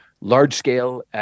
large-scale